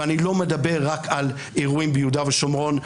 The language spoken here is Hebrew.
ואני לא מדבר רק על אירועים ביהודה ושומרון,